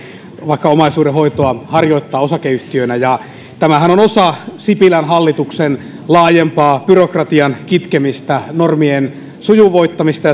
vaikka omaisuudenhoitoa harjoittaa osakeyhtiönä tämähän on osa sipilän hallituksen laajempaa byrokratian kitkemistä normien sujuvoittamista